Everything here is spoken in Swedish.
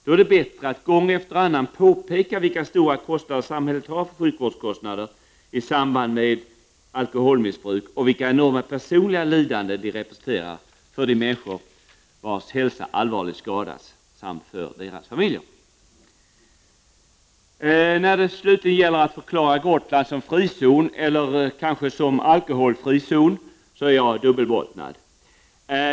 Då är det bättre att gång efter annan påpeka vilka stora kostnader samhället har för sjukvårdskostnader i samband med alko holmissbruk och vilka enorma personliga lidanden det representerar för de människor vars hälsa allvarligt skadats samt för deras familjer. När det gäller att förklara Gotland som frizon eller som alkoholfri zon är jag dubbelbottnad.